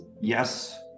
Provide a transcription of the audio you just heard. yes